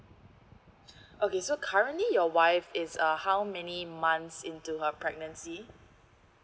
okay so currently your wife is uh how many months into her pregnancy